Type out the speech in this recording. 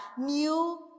new